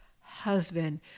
husband